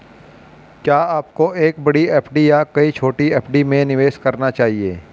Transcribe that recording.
क्या आपको एक बड़ी एफ.डी या कई छोटी एफ.डी में निवेश करना चाहिए?